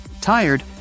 tired